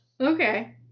Okay